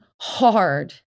hard